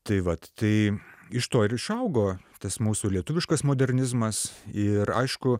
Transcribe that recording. tai vat tai iš to ir išaugo tas mūsų lietuviškas modernizmas ir aišku